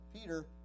Peter